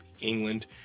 england